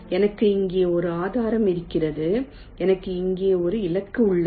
எனக்கு இங்கே ஒரு ஆதாரம் இருக்கிறது எனக்கு இங்கே ஒரு இலக்கு உள்ளது